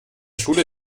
schule